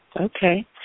Okay